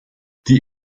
die